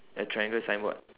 a triangle signboard